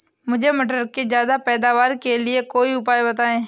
मुझे मटर के ज्यादा पैदावार के लिए कोई उपाय बताए?